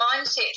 mindset